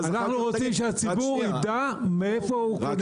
אנחנו רוצים שהציבור יידע מאיפה הוא קונה.